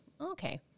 okay